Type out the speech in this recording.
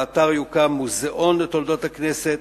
באתר יוקם מוזיאון לתולדות הכנסת,